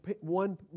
one